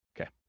okay